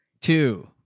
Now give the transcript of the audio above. two